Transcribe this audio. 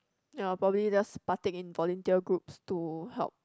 ya probably just partake in volunteer groups to help